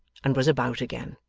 and was about again.